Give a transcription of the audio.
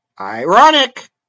Ironic